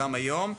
גם היום.